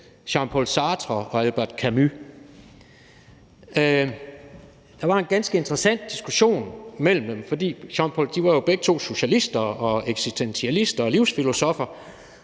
Jean-Paul Sartre og Albert Camus? Der var en ganske interessant diskussion mellem dem. De var jo begge to socialister og eksistentialister og livsfilosoffer.